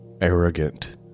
arrogant